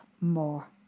more